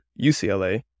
UCLA